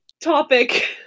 topic